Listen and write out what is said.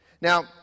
Now